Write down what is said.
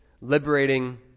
liberating